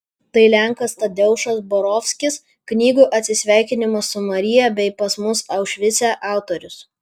tai lenkas tadeušas borovskis knygų atsisveikinimas su marija bei pas mus aušvice autorius